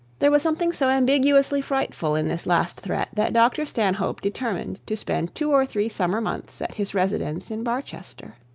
there was something so ambiguously frightful in this last threat that dr stanhope determined to spend two or three summer months at his residence in barchester.